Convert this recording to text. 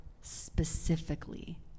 specifically